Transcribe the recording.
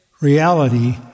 reality